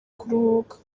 kuruhuka